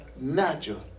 natural